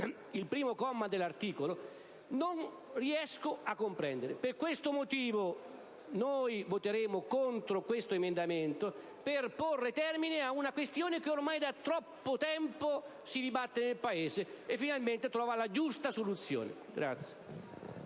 al comma 1 dell'articolo 1, non riesco a comprenderlo. Per questo motivo voteremo contro l'emendamento 1.100 in modo da porre termine a una questione che ormai da troppo tempo si dibatte nel Paese e finalmente trova la giusta soluzione.